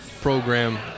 program